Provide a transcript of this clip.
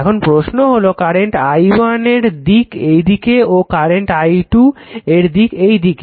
এখন প্রশ্ন হলো কারেন্ট i1 এর দিক এদিকে ও কারেন্ট i2 এর দিক এইদিকে